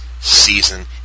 season